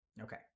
Okay